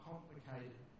complicated